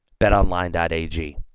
BetOnline.ag